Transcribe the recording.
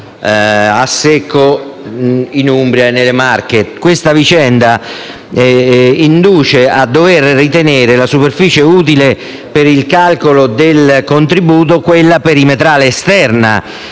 a secco in Umbria e nelle Marche. Questa vicenda induce a dover ritenere la superficie utile per il calcolo del contributo quella perimetrale esterna,